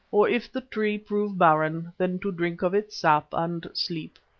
or if the tree prove barren, then to drink of its sap and sleep.